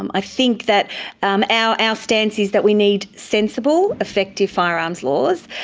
um i think that um our ah stance is that we need sensible, effective firearms laws,